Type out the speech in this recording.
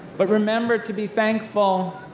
but remember to be thankful